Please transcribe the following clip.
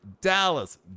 Dallas